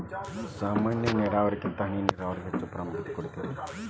ಸಾಮಾನ್ಯ ನೇರಾವರಿಗಿಂತ ಹನಿ ನೇರಾವರಿಗೆ ಹೆಚ್ಚ ಪ್ರಾಮುಖ್ಯತೆ ಕೊಡ್ತಾರಿ